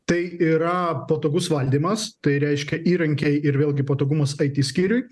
tai yra patogus valdymas tai reiškia įrankiai ir vėlgi patogumas it skyriui